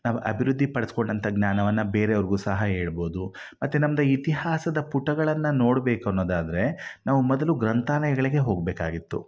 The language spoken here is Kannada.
ನಾವು ಅಭಿವೃದ್ಧಿ ಪಡಿಸ್ಕೊಂಡಂಥ ಜ್ಞಾನವನ್ನು ಬೇರೆಯವ್ರಿಗೂ ಸಹ ಹೇಳ್ಬೋದು ಮತ್ತು ನಮ್ದು ಇತಿಹಾಸದ ಪುಟಗಳನ್ನು ನೋಡಬೇಕು ಅನ್ನೋದಾದರೆ ನಾವು ಮೊದಲು ಗ್ರಂಥಾಲಯಗಳಿಗೆ ಹೋಗ್ಬೇಕಾಗಿತ್ತು